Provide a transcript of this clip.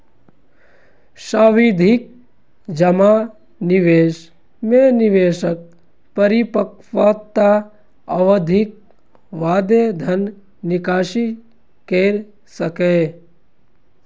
सावधि जमा निवेश मे निवेशक परिपक्वता अवधिक बादे धन निकासी कैर सकैए